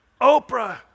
Oprah